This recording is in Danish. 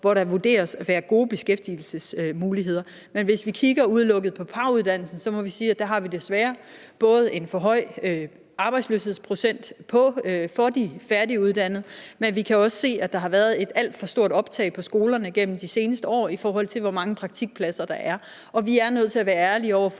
hvor der vurderes at være gode beskæftigelsesmuligheder. Men hvis vi kigger udelukkende på PAV-uddannelsen, må vi sige, at der har vi desværre en for høj arbejdsløshedsprocent for de færdiguddannede, men vi kan også se, at der har været et alt for stort optag på skolerne gennem de seneste år, i forhold til hvor mange praktikpladser der er. Og vi er nødt til at være ærlige over for